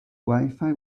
wifi